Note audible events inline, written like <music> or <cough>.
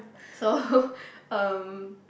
so <breath> um